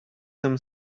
some